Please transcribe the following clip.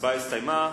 ההצבעה הסתיימה.